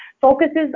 focuses